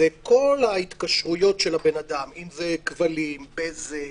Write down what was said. זה כל ההתקשרויות של הבן אדם, אם זה כבלים, בזק,